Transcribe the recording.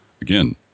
Again